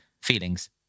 Feelings